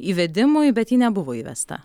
įvedimui bet ji nebuvo įvesta